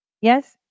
Yes